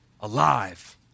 Alive